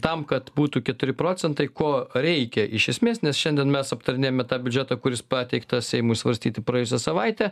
tam kad būtų keturi procentai ko reikia iš esmės nes šiandien mes aptarinėjame tą biudžetą kuris pateiktas seimui svarstyti praėjusią savaitę